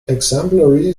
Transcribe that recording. exemplary